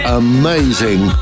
amazing